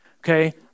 Okay